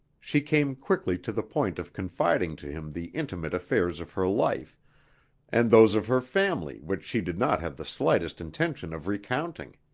she came quickly to the point of confiding to him the intimate affairs of her life and those of her family which she did not have the slightest intention of recounting.